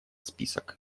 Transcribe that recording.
список